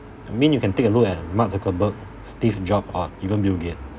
I mean you can take a look at mark zuckerberg steve jobs or even bill gates